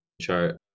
chart